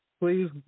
please